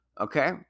Okay